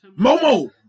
Momo